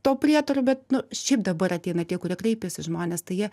tuo prietaru bet nu šiaip dabar ateina tie kurie kreipiasi žmonės tai jie